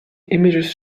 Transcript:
images